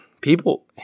people